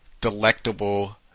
delectable